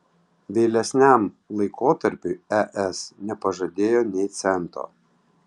vėlesniam laikotarpiui es nepažadėjo nė cento